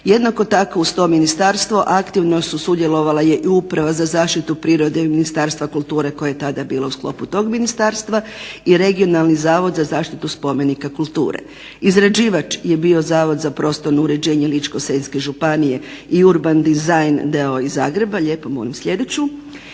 Jednako tako uz to ministarstvo aktivno je sudjelovala i Uprava za zaštitu prirode Ministarstva kulture koja je tada bila u sklopu tog ministarstva i regionalni Zavod za zaštitu spomenika kulture. Izrađivač je bio Zavod za prostorno uređenje Ličko-senjske županije i Urban dizajn d.o.o. iz Zagreba. I o samom postupku.